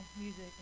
music